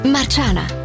Marciana